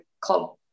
club